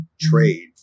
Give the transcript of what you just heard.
trade